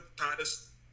Titus